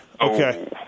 Okay